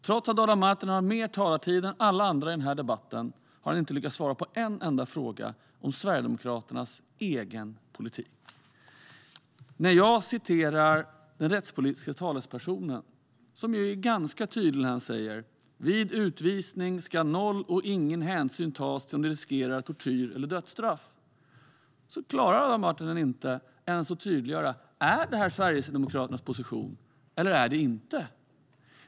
Trots att Adam Marttinen har haft mer talartid än alla andra i den här debatten har han inte lyckats svara på en enda fråga om Sverigedemokraternas egen politik. När jag citerar den rättspolitiska talespersonen, som är ganska tydlig när han säger att "vid utvisning ska noll och ingen hänsyn tas till om de riskerar tortyr eller dödsstraff", klarar Adam Marttinen inte ens att tydliggöra om det här är Sverigedemokraternas position eller inte.